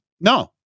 No